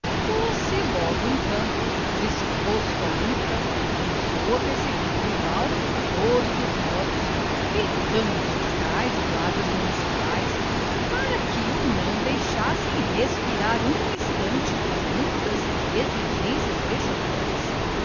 pôs-se logo em campo disposto à luta e começou a perseguir o rival por todos os modos peitando fiscais e guardas municipais para que o não deixassem respirar um instante com multas e exigências vexatórias